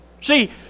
See